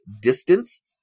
distance